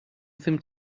ddim